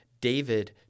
David